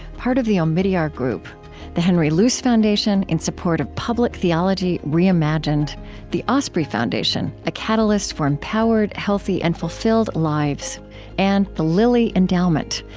part of the omidyar group the henry luce foundation, in support of public theology reimagined the osprey foundation a catalyst for empowered, healthy, and fulfilled lives and the lilly endowment,